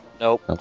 Nope